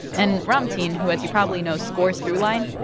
and ramtin, who, as you probably know, scores throughline,